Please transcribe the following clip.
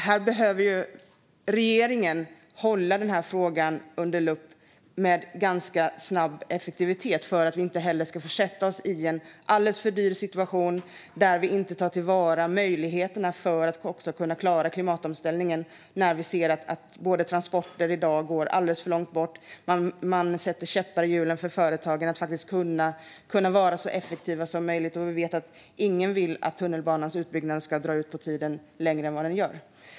Här behöver regeringen sätta frågan under lupp och vara effektiv så att vi inte försätter oss i en alldeles för dyr situation där vi inte tar till vara möjligheterna att klara klimatomställningen på grund av alldeles för långa transporter eller för att käppar sätts i hjulen så att företagare inte kan arbeta så effektivt som möjligt. Ingen vill att tunnelbanans utbyggnad ska dra ut på tiden längre än vad den gör.